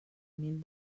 mil